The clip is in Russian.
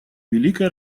великой